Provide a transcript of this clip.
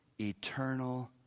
eternal